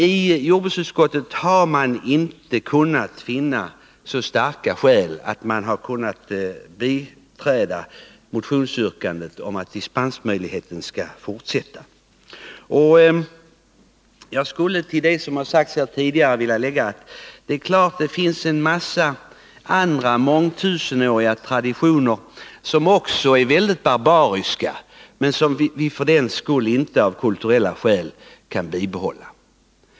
I jordbruksutskottet har man inte kunnat finna tillräckligt starka skäl för att biträda motionsyrkandet om att dispensmöjligheten skall fortsätta att gälla. Jag skulle till det som sagts tidigare vilja tillägga, att det är klart att det finns en massa andra mångtusenåriga traditioner som också är väldigt barbariska men som vi inte för den skull kan bibehålla av kulturella skäl.